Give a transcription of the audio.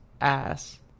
ass